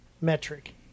metric